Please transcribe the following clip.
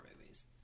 movies